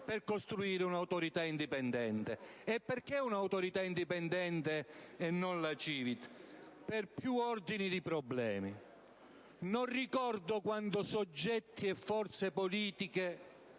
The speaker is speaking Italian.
per costruire un'Autorità indipendente. Perché un'Autorità indipendente e non la CiVIT? Per più ordini di problemi. Non ricordo quando soggetti e forze politiche,